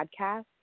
podcast